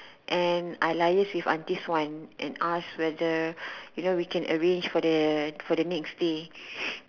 and I liaise with auntie suan and ask whether you know whether we can arrange for the next day